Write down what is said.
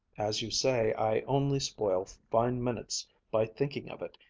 as you say i only spoil fine minutes by thinking of it,